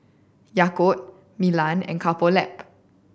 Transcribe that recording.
Yakult Milan and Couple Lab